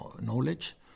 knowledge